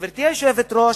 גברתי היושבת-ראש,